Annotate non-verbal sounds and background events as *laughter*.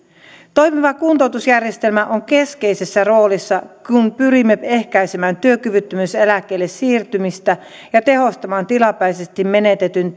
toimiva kuntoutusjärjestelmä on keskeisessä roolissa kun pyrimme ehkäisemään työkyvyttömyyseläkkeelle siirtymistä ja tehostamaan tilapäisesti menetetyn *unintelligible*